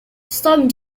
some